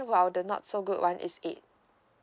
while the not so good one is eight